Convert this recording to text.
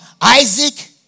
Isaac